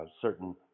certain